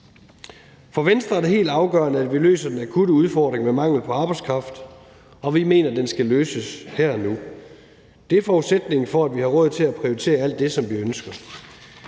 For Venstre er det helt afgørende, at vi løser den akutte udfordring med mangel på arbejdskraft, og vi mener, at den skal løses her og nu. Det er forudsætningen for, at vi har råd til at prioritere alt det, som vi ønsker.